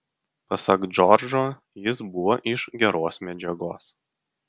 pasak džordžo jis buvo iš geros medžiagos